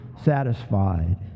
satisfied